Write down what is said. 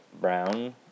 brown